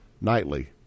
nightly